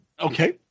Okay